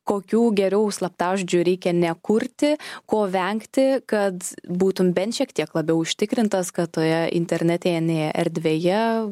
kokių geriau slaptažodžių reikia nekurti ko vengti kad būtum bent šiek tiek labiau užtikrintas kad toje internetinėje erdvėje